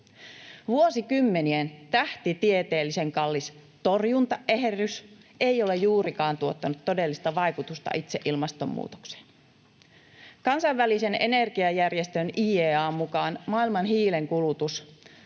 Vuosikymmenien tähtitieteellisen kallis torjuntaäherrys ei ole juurikaan tuottanut todellista vaikutusta itse ilmastonmuutokseen. Kansainvälisen energiajärjestön IEA:n mukaan maailman hiilenkulutus